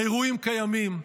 האירועים קיימים,